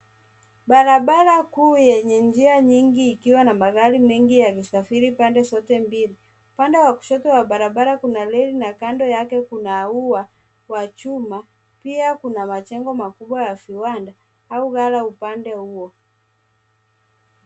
Barabara kuu yenye njia nyingi ikiwa na magari mengi yamesafiri pande zote mbili. Upande wa kushoto wa barabara kuna reli na kando yake kuna ua wa chuma ,pia kuna majengo makubwa ya viwanda au ghala upande huo.